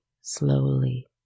slowly